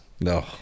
No